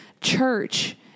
church